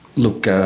look,